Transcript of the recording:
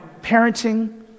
parenting